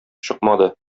чыкмады